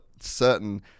certain